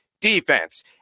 defense